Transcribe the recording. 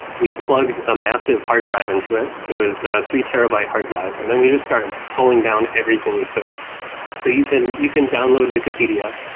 we plugged a massive hard drive into it it was a three terabyte hard drive. and then we just started pulling down everything we could so you can you can download wikipedia,